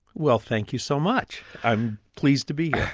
well thank you so much, i'm pleased to be